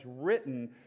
written